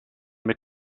mit